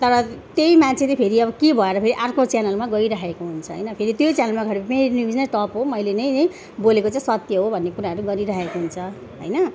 तर त्यही मान्छेले फेरि अब के भएर फेरि अर्को च्यानलमा गरिरहेको हुन्छ होइन फेरि त्यही च्यानलमा गएर मेरो न्युज नै टप हो मैले नै बोलेको चाहिँ सत्य हो भन्ने कुराहरू गरिरहेको हुन्छ होइन